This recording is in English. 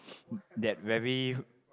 that very